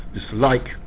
dislike